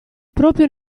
proprio